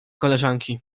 koleżanki